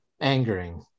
angering